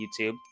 YouTube